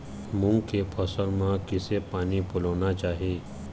मूंग के फसल म किसे पानी पलोना चाही?